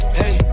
hey